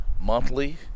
Monthly